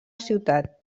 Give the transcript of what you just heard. ciutat